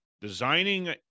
Designing